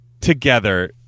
together